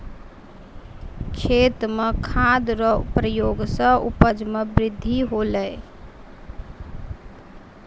खेत मे खाद रो प्रयोग से उपज मे बृद्धि होलै